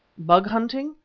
bug-hunting?